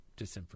disinformation